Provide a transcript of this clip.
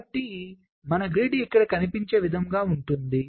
కాబట్టి మన గ్రిడ్ ఇక్కడ కనిపించే విధముగా ఉంటుంది